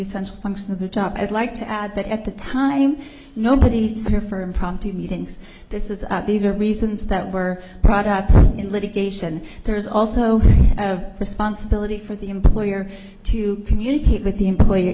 such function of the job i'd like to add that at the time nobody's here for impromptu meetings this is at these are reasons that were brought up in litigation there's also i have responsibility for the employer to communicate with the employe